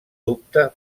dubte